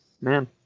Man